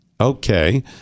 Okay